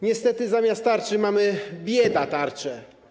Niestety zamiast tarczy mamy biedatarczę.